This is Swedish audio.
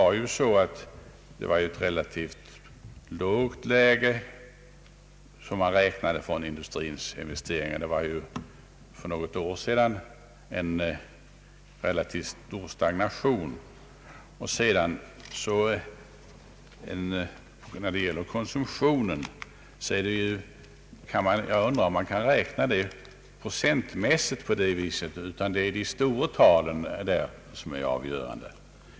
Men utgångsläget i fråga om industrins investeringar var ju relativt lågt — för något år sedan rådde en ganska kraftig stagnation — och jag undrar om man procentmässigt kan räkna på detta sätt när det gäller konsumtionen. Nej, det är de absoluta talen som därvidlag är avgörande.